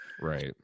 right